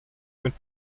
mit